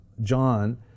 John